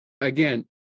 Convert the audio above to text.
Again